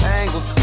angles